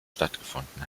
stattgefunden